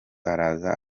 araza